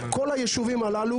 כל היישובים הללו,